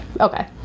Okay